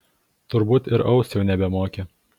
turbūt ir aust jau nebemoki